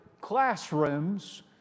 classrooms